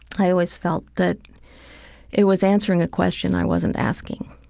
i always felt that it was answering a question i wasn't asking.